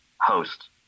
host